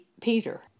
Peter